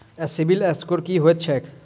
CIBIL score की होइत छैक?